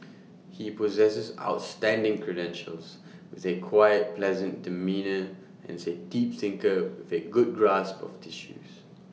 he possesses outstanding credentials with A quiet pleasant demeanour and is A deep thinker with A good grasp of issues